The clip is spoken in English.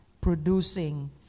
producing